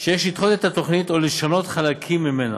סבור שיש לדחות את התוכנית או לשנות חלקים ממנה,